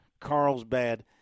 Carlsbad